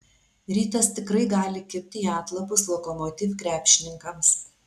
rytas tikrai gali kibti į atlapus lokomotiv krepšininkams